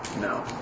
No